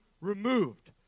removed